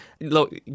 Look